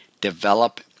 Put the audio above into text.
develop